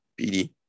PD